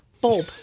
Bob